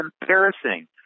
embarrassing